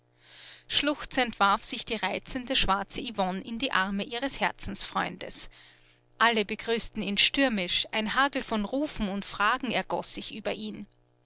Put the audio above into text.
schluchzend warf sich die reizende schwarze yvonne in die arme ihres herzensfreundes alle begrüßten ihn stürmisch ein hagel von rufen und fragen ergoß sich über ihn